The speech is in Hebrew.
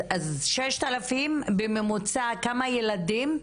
אז 6,000 משפחות, כמה ילדים?